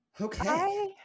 Okay